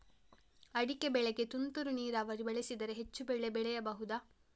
ಅಡಿಕೆ ಬೆಳೆಗೆ ತುಂತುರು ನೀರಾವರಿ ಬಳಸಿದರೆ ಹೆಚ್ಚು ಬೆಳೆ ಬೆಳೆಯಬಹುದಾ?